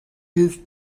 his